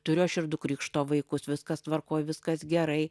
turiu aš ir du krikšto vaikus viskas tvarkoj viskas gerai